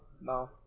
No